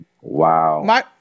wow